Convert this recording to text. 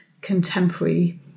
contemporary